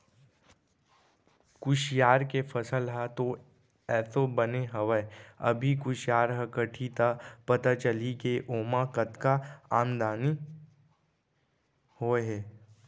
कुसियार के फसल ह तो एसो बने हवय अभी कुसियार ह कटही त पता चलही के ओमा कतका आमदनी होय हे